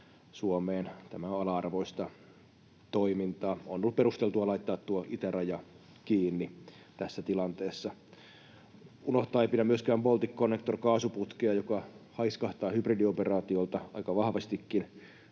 Suomeen — tämä on ala-arvoista toimintaa. On ollut perusteltua laittaa tuo itäraja kiinni tässä tilanteessa. Unohtaa ei pidä myöskään Balticconnector-kaasuputkea, joka haiskahtaa hybridioperaatiolta aika vahvastikin.